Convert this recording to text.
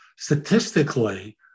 Statistically